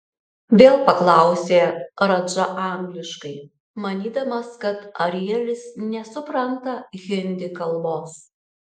vėl paklausė radža angliškai manydamas kad arielis nesupranta hindi kalbos